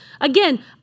Again